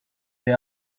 they